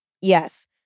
Yes